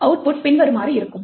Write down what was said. output பின்வருமாறு இருக்கும்